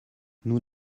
nous